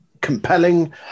Compelling